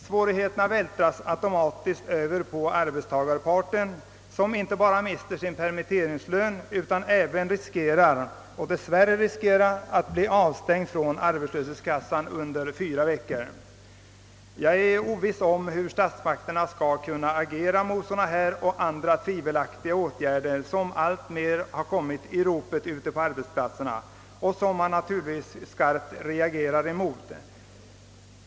Svårigheterna vältras automatiskt över på arbetstagarparten, som inte bara mister sin permitteringslön utan även och dess värre riskerar att bli avstängd ifrån arbetslöshetskassan under fyra veckor. Jag är oviss om hur statsmakterna skall kunna agera mot sådana här och andra tvivelaktiga åtgärder, som alltmer kommit i ropet ute på arbetsplatserna och som man naturligtvis skarpt reagerar emot.